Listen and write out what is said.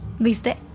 ¿Viste